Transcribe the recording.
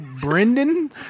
Brendan